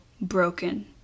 broken